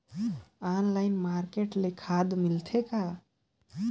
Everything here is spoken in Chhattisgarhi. ऑनलाइन मार्केट ले खाद मिलथे कौन?